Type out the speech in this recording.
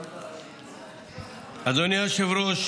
2),